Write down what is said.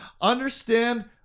Understand